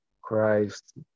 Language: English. Christ